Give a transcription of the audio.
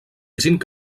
cinc